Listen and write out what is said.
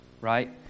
right